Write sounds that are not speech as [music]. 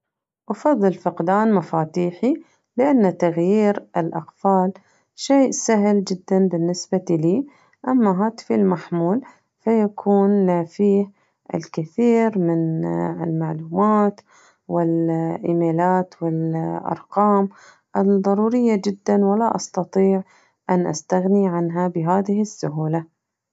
أفضل فقدان مفاتيحي لأن تغيير الأقفال شي سهل جداً بالنسبة لي أما هاتفي المحمول فيكون فيه الكثير من [hesitation] المعلومات والإيميلات والأرقام الضرورية جداً ولا أستطيع أن أستغني عنها بهذه السهولة.